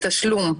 בתשלום,